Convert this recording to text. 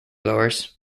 goers